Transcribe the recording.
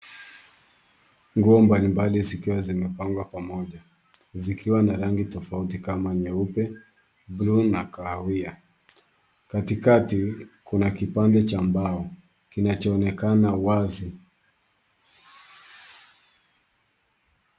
Nguo mbalimbali zikiwa zimepangwa pamoja, zikiwa na rangi tofauti kama nyeupe, blue na kahawia. Katikati kuna kipande cha mbao kinachoonekana wazi.